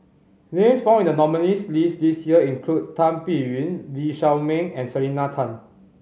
names found in the nominees' list this year include Tan Biyun Lee Shao Meng and Selena Tan